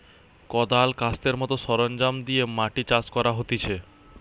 কদাল, কাস্তের মত সরঞ্জাম দিয়ে মাটি চাষ করা হতিছে